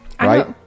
Right